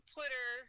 Twitter